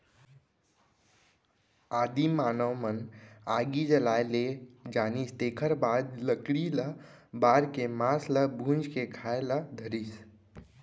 आदिम मानव मन आगी जलाए ले जानिस तेखर बाद लकड़ी ल बार के मांस ल भूंज के खाए ल धरिस